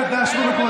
מה אתה מאיים עליו?